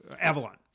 Avalon